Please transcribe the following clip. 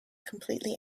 completely